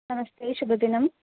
नमस्ते शुभदिनम्